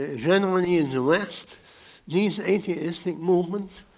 ah generally in the west these atheistic movements,